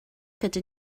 gyda